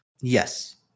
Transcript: Yes